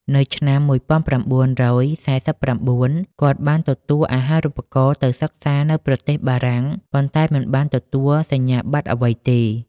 នៅឆ្នាំ១៩៤៩ គាត់ បានទទួលអាហារូបករណ៍ទៅសិក្សានៅប្រទេសបារាំង ប៉ុន្តែមិនបានទទួលសញ្ញាប័ត្រអ្វីទេ។